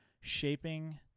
shaping